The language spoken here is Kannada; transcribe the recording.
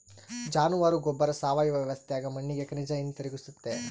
ಜಾನುವಾರ ಗೊಬ್ಬರ ಸಾವಯವ ವ್ಯವಸ್ಥ್ಯಾಗ ಮಣ್ಣಿಗೆ ಖನಿಜ ಹಿಂತಿರುಗಿಸ್ತತೆ